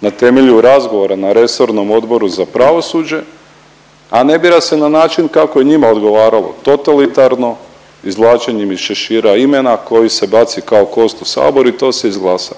na temelju razgovora na resornom Odboru za pravosuđe, a ne bira se na način kako je njima odgovaralo totalitarno, izvlačenjem iz šešira imena koje se baci kao kost u sabor i to se izglasa.